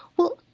well,